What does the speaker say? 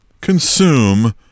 consume